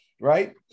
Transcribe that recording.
Right